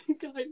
Guys